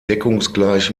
deckungsgleich